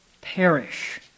perish